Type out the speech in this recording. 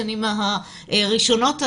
השנים הראשונות האלו,